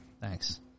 Thanks